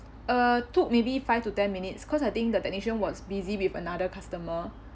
uh took maybe five to ten minutes cause I think the technician was busy with another customer